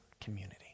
community